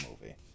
movie